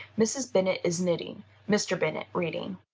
mrs. bennet is knitting mr. bennet reading.